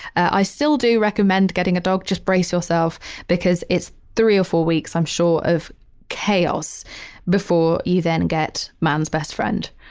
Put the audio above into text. i still do recommend getting a dog. just brace yourself because it's three or four weeks, i'm sure, of chaos before you then get man's best friend.